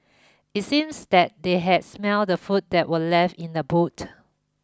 it seems that they had smelt the food that were left in the boot